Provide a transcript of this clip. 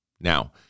Now